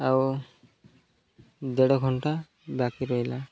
ଆଉ ଦେଢ଼ ଘଣ୍ଟା ବାକି ରହିଲା